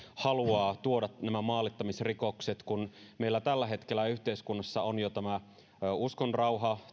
haluaa tuoda nämä maalittamisrikokset kun meillä tällä hetkellä yhteiskunnassa on jo tämä uskonrauharikos